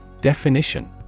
Definition